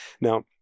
now